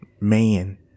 man